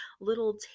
little